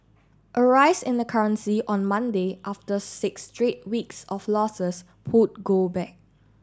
a rise in the currency on Monday after six straight weeks of losses pulled gold back